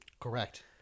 correct